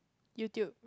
YouTube